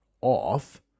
off